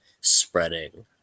spreading